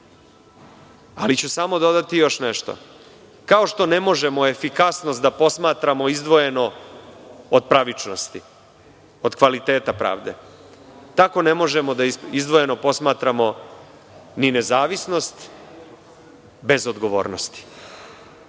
sporova. Dodaću da kao što ne možemo efikasnost da posmatramo izdvojeno od pravičnosti, od kvaliteta pravde, tako ne možemo da izdvojeno posmatramo ni nezavisnost bez odgovornosti.